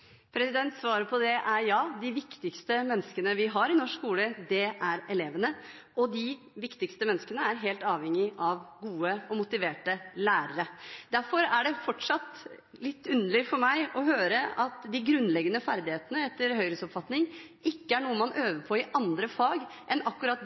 Svaret på det er ja. De viktigste menneskene vi har i norsk skole, er elevene, og de viktigste menneskene er helt avhengig av gode og motiverte lærere. Derfor er det fortsatt litt underlig for meg å høre at de grunnleggende ferdighetene etter Høyres oppfatning ikke er noe man øver på i andre fag enn akkurat de